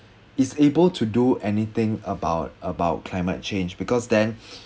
is able to do anything about about climate change because then